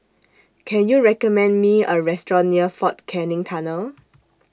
Can YOU recommend Me A Restaurant near Fort Canning Tunnel